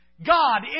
God